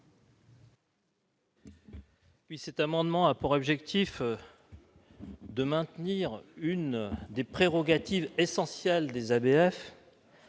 Cet amendement a pour objet de maintenir l'une des prérogatives essentielles des ABF